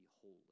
holy